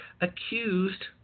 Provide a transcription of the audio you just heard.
accused